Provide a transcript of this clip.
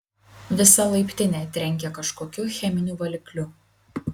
visa laiptinė trenkė kažkokiu cheminiu valikliu